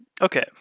Okay